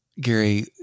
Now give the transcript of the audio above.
Gary